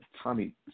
Tommy